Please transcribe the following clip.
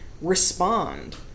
respond